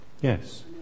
Yes